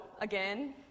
again